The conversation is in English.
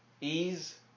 ease